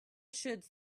should